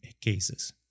cases